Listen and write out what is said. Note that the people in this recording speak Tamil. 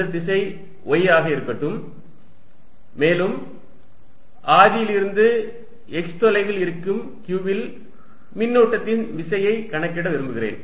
இந்த திசை y ஆக இருக்கட்டும் மேலும் ஆதியிலிருந்து x தூரத்தில் இருக்கும் q இல் மின்னூட்டத்தின் விசையை கணக்கிட விரும்புகிறேன்